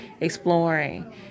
exploring